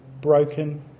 broken